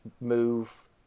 move